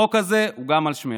החוק הזה הוא גם על שמך.